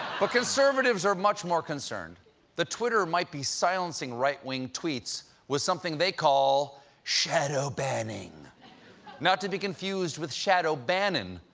but conservatives are much more concerned that twitter might be silencing right-wing tweets with something they call shadow banning not to be confused with shadow bannon,